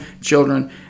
children